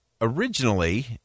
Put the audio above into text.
originally